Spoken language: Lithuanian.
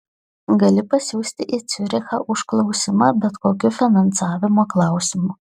gali pasiųsti į ciurichą užklausimą bet kokiu finansavimo klausimu